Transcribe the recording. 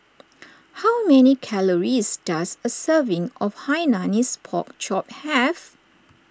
how many calories does a serving of Hainanese Pork Chop have